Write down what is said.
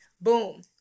Boom